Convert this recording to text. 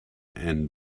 and